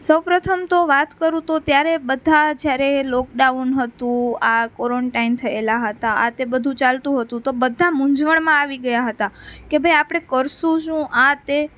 સૌપ્રથમ તો વાત કરું તો ત્યારે બધા જ્યારે લોક ડાઉન હતું આ કોરનટાઈન થયેલા હતા આ તે બધું ચાલતું હતું તો બધા મૂંઝવણમાં આવી ગયા હતા કે ભાઈ આપણે કરીશું શું આ તે